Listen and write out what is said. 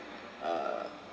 uh